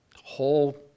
whole